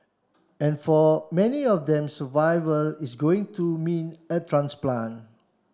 and for many of them survival is going to mean a transplant